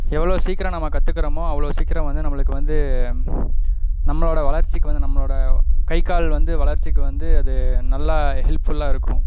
எவ்வளோ சீக்கிரம் நம்ம கற்றுக்குறோமோ அவ்வளோ சீக்கிரம் வந்து நம்மளுக்கு வந்து நம்மளோட வளர்ச்சிக்கு வந்து நம்மளோட கை கால் வந்து வளர்ச்சிக்கு வந்து அது நல்லா ஹெல்ப்ஃபுல்லா இருக்கும்